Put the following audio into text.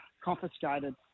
Confiscated